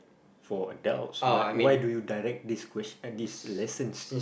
for adults but why do you direct this question this lessons